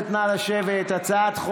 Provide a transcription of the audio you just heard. ללכת.